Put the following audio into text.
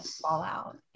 fallout